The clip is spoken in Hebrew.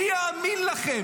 מי יאמין לכם?